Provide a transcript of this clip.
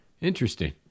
Interesting